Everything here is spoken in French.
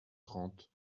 trente